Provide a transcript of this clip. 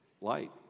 light